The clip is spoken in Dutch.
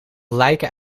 lijken